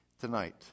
tonight